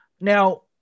now